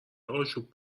آشوب